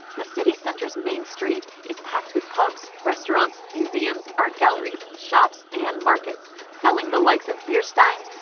the city center's main street is packed with pubs, restaurants, museums, art galleries, shops and markets selling the likes of beer steins,